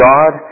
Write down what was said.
God